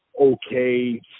okay